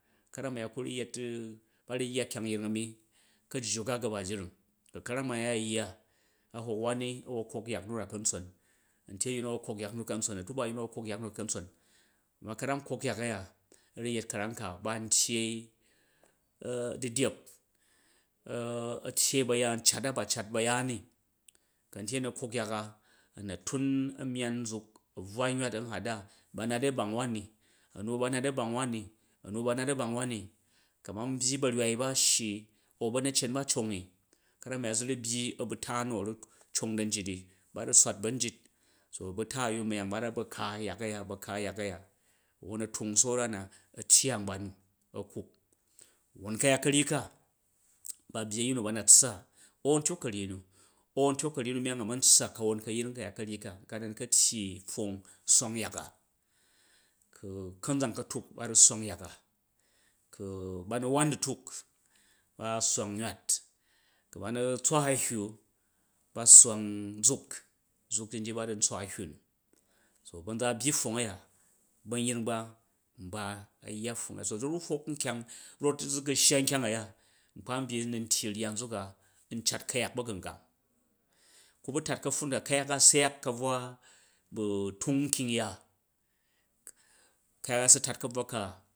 Ka̱ram a̱ya ku ru yet ba ru yya kyang yring a̱mi ka̱jju ka gaba jring, ku ka̱ram a̱ ya a̱ yya a̱ hok, wani a̱ wo kok yak nuna ka̱ntson, a̱ntye yu ni a̱ kok yak nuna ka̱ntson, a̱tuba yani a̱wo kok yak nuna ka̱ntson, ma ka̱ram kok yak a̱ya a̱ ru yet ka̱ram ka ba n tyyei du̱dyep a̱ tyyei ba̱yaan cat a ba cat ba̱yaan ni, ku̱ a̱ntye a̱ni a̱ kok yaka a̱ nu tun a̱myaan nzuk a̱ bvwa nywat an hada, ba nat i, a̱bang nani a̱nu ba nat i a̱ bang wani, a̱nu ba nati a̱bang wani, kaman bygi ba̱rywai ba a̱ shyi au ba̱nyetcen ba̱ congi, ka̱ran a̱ya zu ru byi a̱buja nu a̱ra cong da̱n jit ni ba ru swat ba̱nyit, a̱buta a̱yyu myang ba ru ba ka yak a̱ya a̱ba̱ka yak a̱ya won a̱ tung saura na a̱ tyi a̱ngban nu a̱ kap, won ka̱yat ka̱ryi ka, ba byi a̱yin nu ba na tssa, au a̱ntyok ka̱ryi nu an a̱ntyok ka̱ryi nu a̱ man tssa ka̱won ka̱yring ka̱yat ka̱ryi kanka na nu ka tyi pfong sswang yak a konzom ka̱tuk baru sswag yaka ku ba wan du̱tuk, ba sswang nywat ku ba nu tswa a̱hywu, ba sswang zuk zuk ji nji ba ra ntswa a̱hywu nu, ba̱nza a̱ byi pfong a̱ya, ba̱nyring ba nba a̱ yya pfongga̱ya, zu ru fok nkyang rot zugu̱ shya nkyang a̱ya, zuru fok nkyang rof zu gu̱ shya nkyang a̱ya, nkpa nbyi n nuntyi rya nzuka n cat ku̱yak ba̱gungang, ku̱yak syak ka̱bvwa bu̱ tung nkyang.